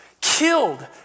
killed